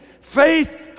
Faith